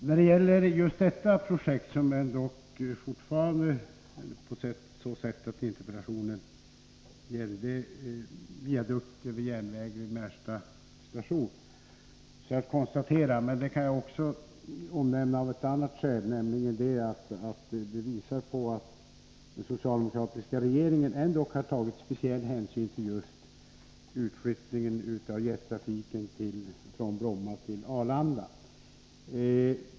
Herr talman! Beträffande detta projekt — interpellationen gällde ändock en viadukt över järnvägen vid Märsta station — är att konstatera att den socialdemokratiska regeringen ju har tagit speciell hänsyn till utflyttningen av jettrafiken från Bromma till Arlanda.